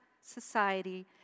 society